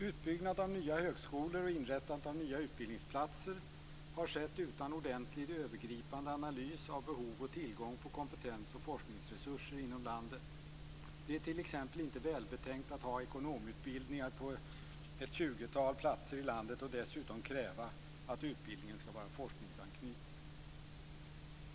Utbyggnad av nya högskolor och inrättande av nya utbildningsplatser har skett utan ordentlig övergripande analys av behov och tillgång på kompetens och forskningsresurser inom landet. Det är t.ex. inte välbetänkt att ha ekonomutbildningar på ett tjugotal platser i landet och dessutom kräva att utbildningen skall vara forskningsanknuten.